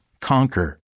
conquer